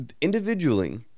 individually